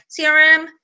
CRM